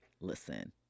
Listen